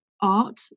art